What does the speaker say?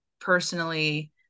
personally